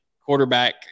quarterback